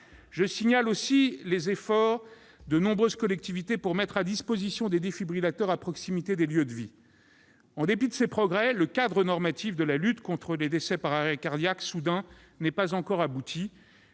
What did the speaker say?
Je signale aussi les efforts de nombreuses collectivités pour mettre à disposition des défibrillateurs à proximité des lieux de vie. En dépit de ces progrès, le cadre normatif de la lutte contre les décès par arrêt cardiaque soudain n'est pas encore abouti.